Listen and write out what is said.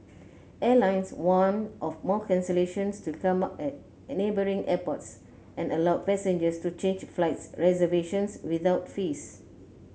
airlines warned of more cancellations to come at at neighbouring airports and allowed passengers to change flight reservations without fees